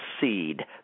seed